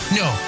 no